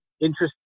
interesting